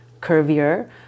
curvier